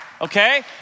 Okay